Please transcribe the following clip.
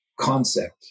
concept